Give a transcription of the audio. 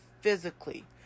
physically